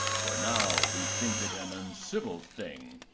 for now we think it an uncivil thing,